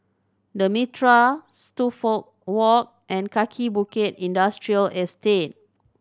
The Mitraa Walk and Kaki Bukit Industrial Estate